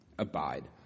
abide